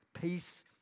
peace